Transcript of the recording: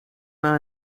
maar